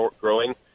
growing